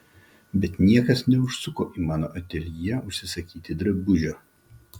bet niekas neužsuko į mano ateljė užsisakyti drabužio